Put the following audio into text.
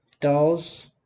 dolls